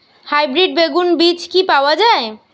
Hybrid বেগুন বীজ কি পাওয়া য়ায়?